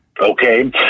okay